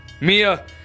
Mia